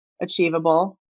achievable